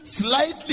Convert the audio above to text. slightly